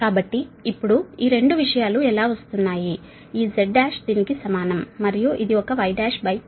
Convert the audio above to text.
కాబట్టి ఇప్పుడు ఈ 2 విషయాలు ఎలా వస్తున్నాయి ఈ Z1 దీనికి సమానం మరియు ఇది ఒక Y12